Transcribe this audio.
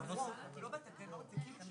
ואז